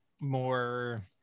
more